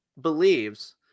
believes